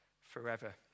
forever